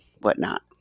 whatnot